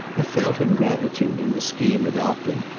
a felt ingratitude in the scheme adopted,